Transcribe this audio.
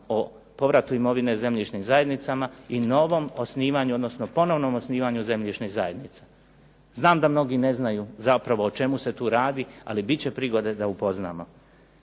o povratu imovine zemljišnim zajednicama i ponovnom osnivanju zemljišnih zajednica. Znam da mnogi ne znaju o čemu se tu radi ali biti će prigode da upoznamo.